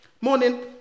morning